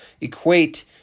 equate